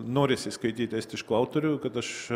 norisi skaityti estiškų autorių kad aš